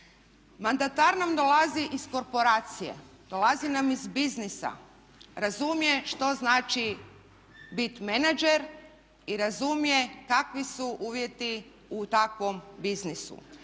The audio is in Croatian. Mandatar nam dolazi iz korporacije, dolazi nam iz biznisa, razumije što znači biti menadžer i razumije kakvi su uvjeti u takvom biznisu.